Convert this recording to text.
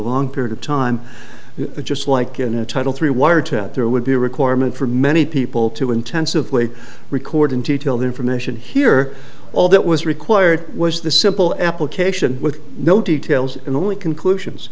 long period of time just like in a title three wiretap there would be a requirement for many people to intensively record in detail the information here all that was required was the simple application with no details and the only conclusions